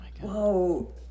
Whoa